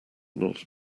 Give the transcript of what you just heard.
not